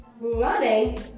Running